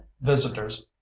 visitors